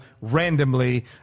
randomly